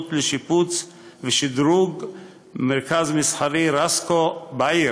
לשיפוץ ושדרוג מרכז מסחרי "רסקו" בעיר.